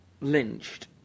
lynched